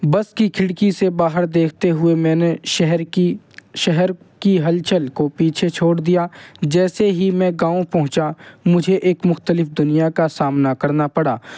بس کی کھڑکی سے باہر دیکھتے ہوئے میں نے شہر کی شہر کی ہلچل کو پیچھے چھوڑ دیا جیسے ہی میں گاؤں پہنچا مجھے ایک مختلف دنیا کا سامنا کرنا پڑا